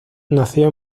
nació